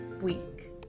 week